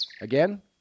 Again